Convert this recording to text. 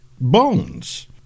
bones